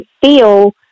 feel